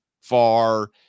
far